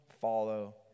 follow